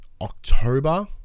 October